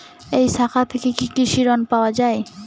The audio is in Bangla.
এই শাখা থেকে কি কৃষি ঋণ পাওয়া যায়?